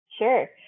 Sure